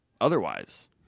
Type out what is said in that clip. otherwise